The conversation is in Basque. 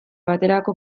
baterako